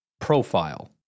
profile